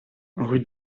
rue